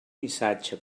missatge